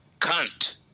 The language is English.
cunt